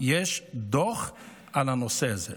יש דוח על הנושא הזה.